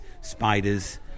spiders